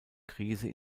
krise